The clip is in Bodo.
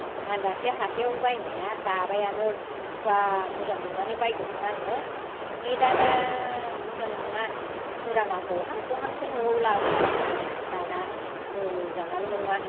आं दाख्लै हाथायाव बायनाया दाबायानो बुथुवा मोजां नंनानै बायदोंमोन आङो गेदादा मोजां नङा फुराना गहां गहांसो न'आव लाबोनानै दाना मोजाङानो नङा